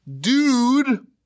dude